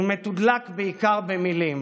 הוא מתודלק בעיקר במילים,